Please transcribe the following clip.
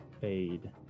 fade